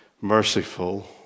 merciful